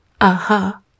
Aha